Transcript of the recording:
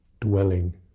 dwelling